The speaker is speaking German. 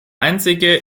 einzige